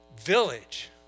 village